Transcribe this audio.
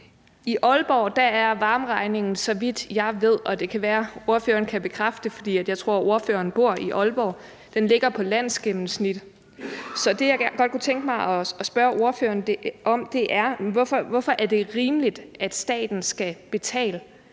I Aalborg ligger varmeregningen, så vidt jeg ved, på landsgennemsnittet – og det kan være, at ordføreren kan bekræfte det, for jeg tror, at ordføreren bor i Aalborg. Så det, jeg godt kunne tænke mig at spørge ordføreren om, er: Hvorfor er det rimeligt, at staten skal betale